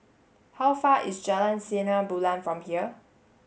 how far away is Jalan Sinar Bulan from here